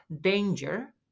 danger